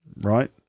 right